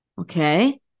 Okay